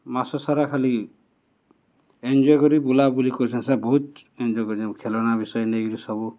ମାସସାରା ଖାଲି ଏନ୍ଜଏ କରି ବୁଲା ବୁଲି କରିଚନ୍ ସେଟା ବହୁତ୍ ଏନ୍ଜଏ କରିଛନ୍ ଖେଳନା ବିଷୟ ନେଇକିରି ସବୁ